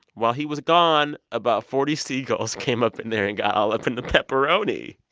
while he was gone, about forty sea gulls came up in there and got all up in the pepperoni.